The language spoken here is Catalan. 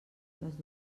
les